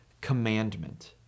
commandment